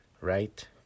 right